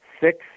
Six